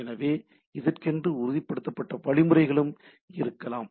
எனவே இதற்கென்று உறுதிப்படுத்தப்பட்ட வழிமுறைகளும் இருக்கலாம்